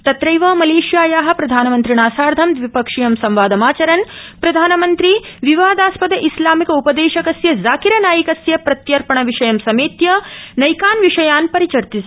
तत्रैव मलेशियाया प्रधामन्त्रिणा साधं द्विपक्षीयं संवादमाचरन् प्रधानमन्त्री विवादास्पद इस्लामिक उपदेशकस्य जाकिर नाइकस्य प्रत्यर्पण विषयं समेत्य नैकान् विषयान् परिचर्चितवान्